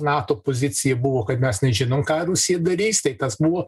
nato pozicija buvo kad mes nežinom ką rusija darys tai tas buvo